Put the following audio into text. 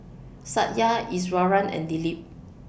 Satya Iswaran and Dilip